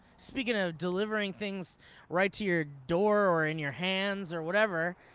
speaking of delivering things right to your door, or in your hands or whatever,